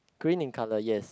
green in colour yes